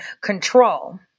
control